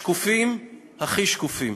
השקופים הכי שקופים.